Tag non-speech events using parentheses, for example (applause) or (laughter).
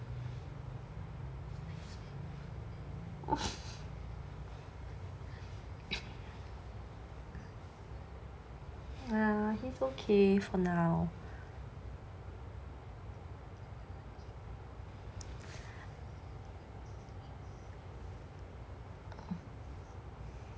(laughs) ya it's okay for now